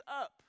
up